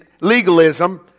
legalism